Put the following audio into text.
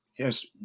Yes